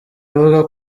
avuga